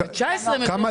כמה